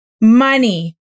money